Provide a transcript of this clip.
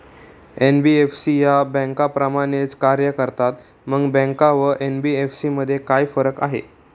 NBFC या बँकांप्रमाणेच कार्य करतात, मग बँका व एन.बी.एफ.सी मध्ये काय फरक आहे?